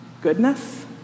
goodness